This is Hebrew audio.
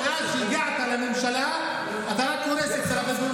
אתה, מאז שהגעת לממשלה, אתה רק הורס את הבדואים.